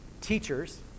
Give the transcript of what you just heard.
teachers